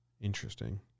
Interesting